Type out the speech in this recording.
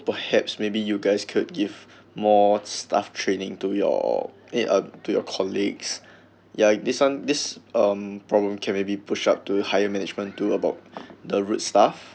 perhaps maybe you guys could give more staff training to your eh uh to your colleagues ya this one this um problem can be push up to higher management too about the rude staff